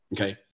Okay